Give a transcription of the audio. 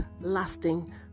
lasting